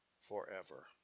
forever